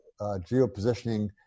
geopositioning